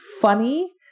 funny